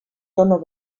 tono